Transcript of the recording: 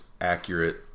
Accurate